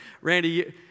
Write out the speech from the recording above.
Randy